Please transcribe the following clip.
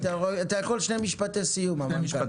אתה יכול שני משפטי סיום, המנכ"ל.